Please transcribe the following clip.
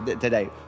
today